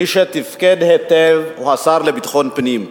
מי שתפקד היטב הוא השר לביטחון פנים.